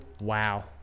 Wow